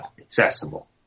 accessible